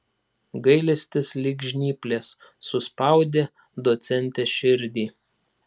gailestis lyg žnyplės suspaudė docentės širdį